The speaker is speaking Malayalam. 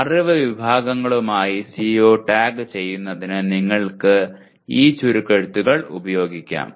അറിവ് വിഭാഗങ്ങളുമായി CO ടാഗ് ചെയ്യുന്നതിന് നിങ്ങൾക്ക് ഈ ചുരുക്കെഴുത്തുകൾ ഉപയോഗിക്കാം